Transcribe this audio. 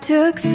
Took